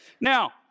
Now